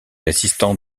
assistant